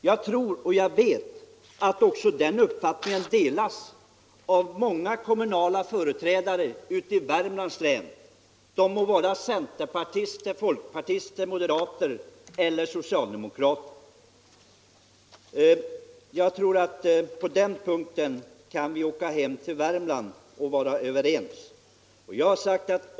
Jag vet att den uppfattningen även delas av många kommunala företrädare i Värmlands län — de må vara centerpartister, folkpartister, moderater eller socialdemokrater. På den punkten kan vi nog åka hem till Värmland och vara överens.